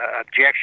objection